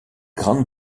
gran